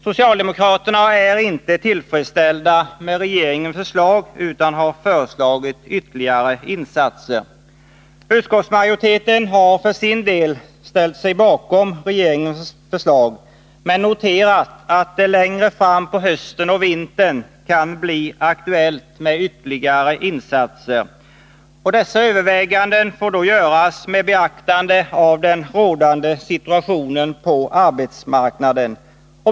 Socialdemokraterna är inte tillfredsställda med regeringens förslag utan har föreslagit ytterligare insatser. Utskottsmajoriteten har för sin del ställt sig bakom regeringens förslag men noterat att det längre fram på hösten och vintern kan bli aktuellt med ytterligare insatser. Dessa överväganden får då göras med beaktande av den rådande situationen på arbetsmarknaden.